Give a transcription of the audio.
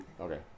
Okay